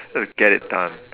let's get it done